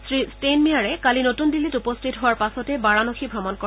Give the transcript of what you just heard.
শ্ৰীষ্টেইনমিয়াৰে কালি নতুন দিল্লীত উপস্থিত হোৱাৰ পাছতে বাৰানসী ভ্ৰমণ কৰে